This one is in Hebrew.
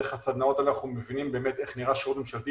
דרך הסדנאות האלה אנחנו מבינים באמת איך נראה שירות ממשלתי